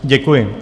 Děkuji.